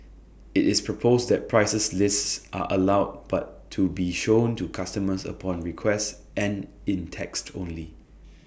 IT is proposed that prices lists are allowed but to be shown to customers upon request and in text only